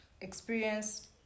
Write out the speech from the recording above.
experience